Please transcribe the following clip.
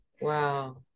Wow